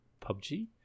PUBG